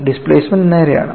displacement നേരെയാണ്